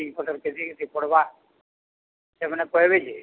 କେତେ ପଡ଼ବା ସେମାନେ କହେବେ ଯେ